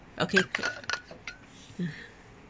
okay